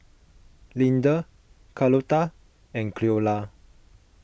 Leander Carlota and Cleola